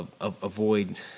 Avoid